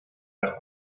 per